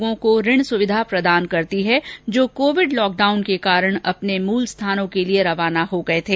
यह योजना उन लोगों को ऋण सुविधा प्रदान करती है जो कोविड लॉक डाउन के कारण अपने मूल स्थानों के लिए रवाना हो गए थे